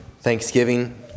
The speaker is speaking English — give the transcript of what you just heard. thanksgiving